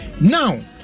now